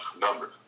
numbers